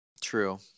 True